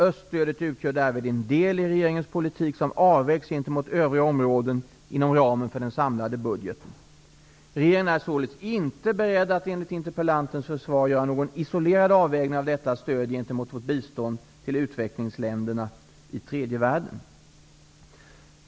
Öststödet utgör därvid en del i regeringens politik som avvägs gentemot övriga områden inom ramen för den samlade budgeten. Regeringen är således inte beredd att enligt interpellantens förslag göra någon isolerad avvägning av detta stöd gentemot vårt bistånd till utvecklingsländerna i tredje världen.